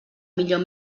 millor